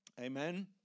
Amen